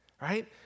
right